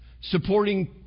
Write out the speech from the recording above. supporting